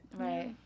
Right